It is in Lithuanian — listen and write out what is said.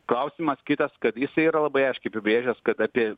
klausimas kitas kad jisai yra labai aiškiai apibrėžęs kad apie